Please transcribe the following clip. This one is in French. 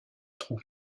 trou